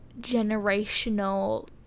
generational